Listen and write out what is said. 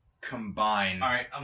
combine